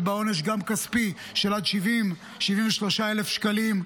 עליה גם עונש כספי של עד 73,000 שקלים.